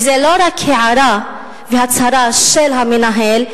וזו לא רק הערה והצהרה של המנהל,